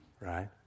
right